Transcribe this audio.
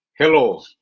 hello